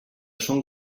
són